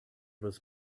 was